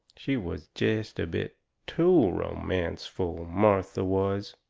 she was jest a bit too romanceful, martha was.